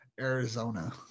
Arizona